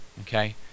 Okay